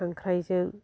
खांख्रायजों